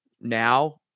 now